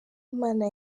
imana